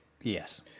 Yes